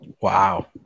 Wow